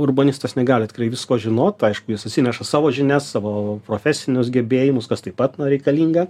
urbanistas negali tikrai visko žinot aišku jis atsineša savo žinias savo profesinius gebėjimus kas taip pat na reikalinga